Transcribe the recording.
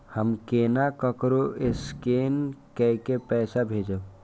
हम केना ककरो स्केने कैके पैसा भेजब?